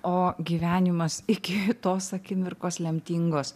o gyvenimas iki tos akimirkos lemtingos